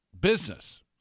Business